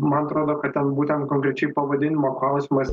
man atrodo kad ten būtent konkrečiai pavadinimo klausimas